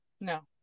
no